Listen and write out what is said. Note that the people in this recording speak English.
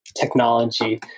technology